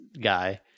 guy